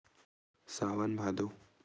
सावन भादो